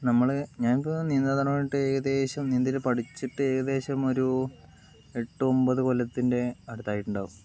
നമ്മള് ഞാനിപ്പോൾ നീന്താൻ തുടങ്ങിയിട്ട് ഏകദേശം നീന്തല് പഠിച്ചിട്ട് ഏകദേശം ഒരു എട്ടൊമ്പത് കൊല്ലത്തിൻ്റെ അടുത്തായിട്ടുണ്ടാകും